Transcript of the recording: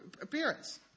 appearance